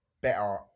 better